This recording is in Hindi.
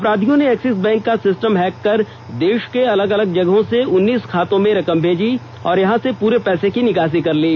अपराधियों ने एक्सिस बैंक का सिस्टम हैक कर देष के अलग अलग जगहों से उन्नीस खातों में रकम भेजी और यहां से पूरे पैसे की निकासी कर ली